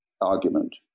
argument